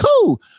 cool